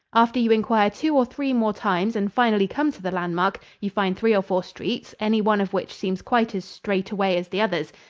after you inquire two or three more times and finally come to the landmark, you find three or four streets, any one of which seems quite as straight away as the others,